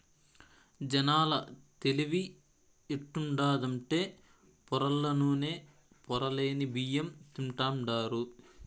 జనాల తెలివి ఎట్టుండాదంటే పొరల్ల నూనె, పొరలేని బియ్యం తింటాండారు